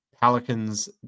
Pelicans